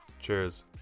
Cheers